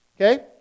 Okay